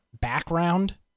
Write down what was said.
background